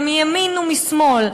מימין ומשמאל,